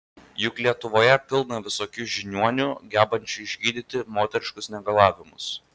juk lietuvoje pilna visokių žiniuonių gebančių išgydyti moteriškus negalavimus